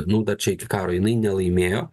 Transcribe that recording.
nu dar čia iki karo jinai nelaimėjo